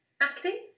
acting